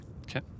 Okay